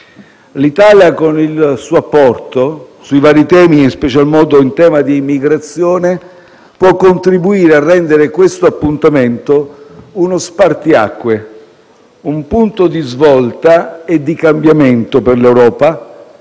L'Italia, con il suo apporto sui vari temi, in special modo in tema di immigrazione, può contribuire a rendere questo appuntamento uno spartiacque, un punto di svolta e di cambiamento per l'Europa,